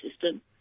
system